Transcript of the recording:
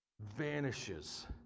vanishes